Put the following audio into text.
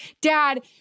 Dad